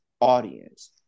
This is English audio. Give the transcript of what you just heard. audience